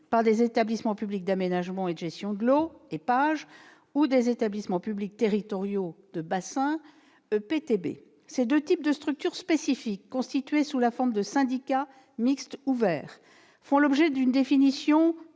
par des établissements publics d'aménagement et de gestion de l'eau, les EPAGE, ou des établissements publics territoriaux de bassin, les EPTB. Ces deux types de structures spécifiques, constituées sous forme de syndicats mixtes ouverts, font l'objet d'une définition précise